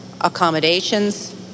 accommodations